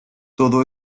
todo